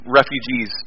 refugees